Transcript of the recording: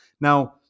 Now